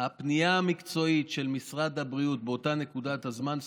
הפנייה המקצועית של משרד הבריאות באותה נקודת הזמן סורבה,